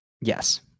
Yes